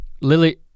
Lily